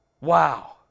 Wow